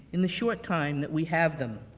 in the short time that we have them.